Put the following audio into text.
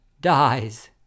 dies